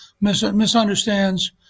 misunderstands